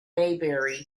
maybury